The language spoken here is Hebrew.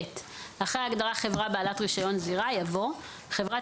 אחרי ההגדרה "חברה בעלת רישיון זירה" יבוא: ""חברת